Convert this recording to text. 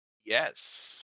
Yes